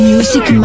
Music